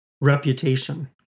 reputation